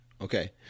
Okay